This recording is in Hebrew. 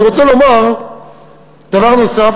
אני רוצה לומר דבר נוסף.